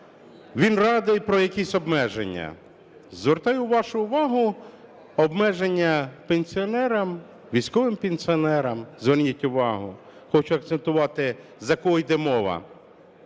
він радий про якісь обмеження. Звертаю вашу увагу, обмеження пенсіонерам, військовим пенсіонерам. Зверніть увагу, хочу закцентувати, за кого йде мова,